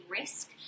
risk